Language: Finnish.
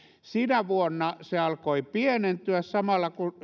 sinä vuonna se alkoi pienentyä samalla kun